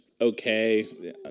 okay